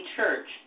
Church